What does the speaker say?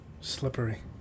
slippery